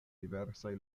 diversaj